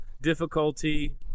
difficulty